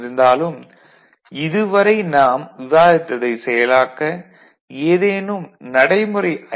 இருந்தாலும் இதுவரை நாம் விவாதித்ததை செயலாக்க ஏதேனும் நடைமுறை ஐ